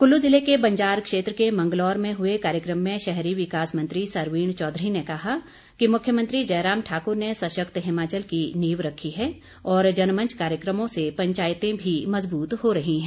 कुल्लू ज़िले के बंजार क्षेत्र के मंगलौर में हुए कार्यक्रम में शहरी विकास मंत्री सरवीण चौधरी ने कहा कि मुख्यमंत्री जयराम ठाकुर ने सशक्त हिमाचल की नींव रखी है और जनमंच कार्यक्रमों से पंचायतें भी मज़बूत हो रही हैं